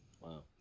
Wow